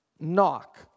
knock